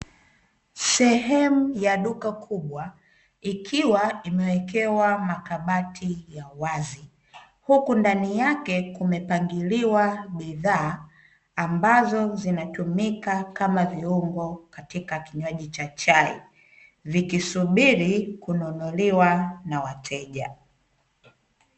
Sehemu ya duka kubwa ikiwa imewekewa makabati ya uwazi, huku ndani yake kumepangiliwa bidha, ambazo zinatumika kama viungo katika kinywaji cha chai vikisubiri kununuliwa na wateja.